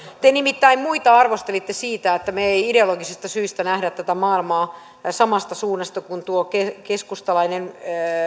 te nimittäin muita arvostelitte siitä että me emme ideologisista syistä näe tätä maailmaa samasta suunnasta kuin tuo keskustalainen